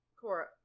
Cora